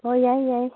ꯍꯣꯏ ꯌꯥꯏ ꯌꯥꯏ